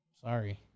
Sorry